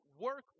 work